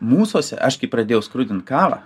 mūsuose aš kai pradėjau skrudint kavą